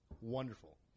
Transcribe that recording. wonderful